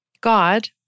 God